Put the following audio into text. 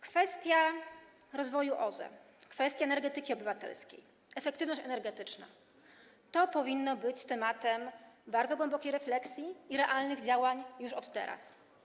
Kwestia rozwoju OZE, kwestia energetyki obywatelskiej, efektywność energetyczna - to powinno być tematem bardzo głębokiej refleksji i realnych działań już od teraz.